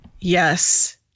yes